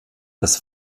das